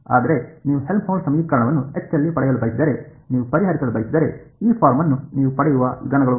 ಆದರೆ ನೀವು ಹೆಲ್ಮ್ಹೋಲ್ಟ್ಜ್ ಸಮೀಕರಣವನ್ನು ಲ್ಲಿ ಪಡೆಯಲು ಬಯಸಿದರೆ ನೀವು ಪರಿಹರಿಸಲು ಬಯಸಿದರೆ ಈ ಫಾರ್ಮ್ ಅನ್ನು ನೀವು ಪಡೆಯುವ ವಿಧಾನಗಳು ಅವು